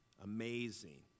amazing